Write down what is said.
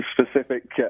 specific